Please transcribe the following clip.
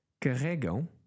Carregam